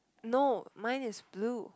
no mine is blue